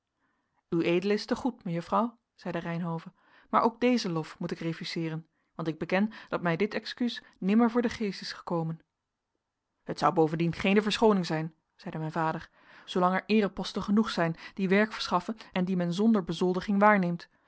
ued is te goed mejuffrouw zeide reynhove maar ook dezen lof moet ik refuseeren want ik beken dat mij dit excuus nimmer voor den geest is gekomen het zou bovendien geene verschooning zijn zeide mijn vader zoolang er eereposten genoeg zijn die werk verschaffen en die men zonder bezoldiging waarneemt